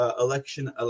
election